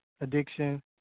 addiction